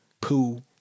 poo